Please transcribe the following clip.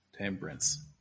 temperance